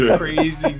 crazy